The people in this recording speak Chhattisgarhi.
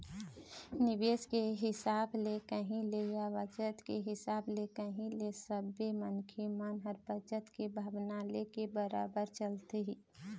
निवेश के हिसाब ले कही ले या बचत के हिसाब ले कही ले सबे मनखे मन ह बचत के भावना लेके बरोबर चलथे ही